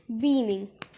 beaming